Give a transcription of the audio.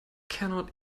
cannot